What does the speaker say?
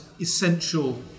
essential